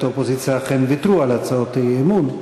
האופוזיציה אכן ויתרו על הצעות האי-אמון,